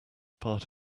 part